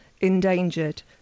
endangered